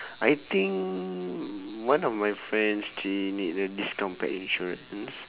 I think one of my friends she need uh this kind of a pet insurance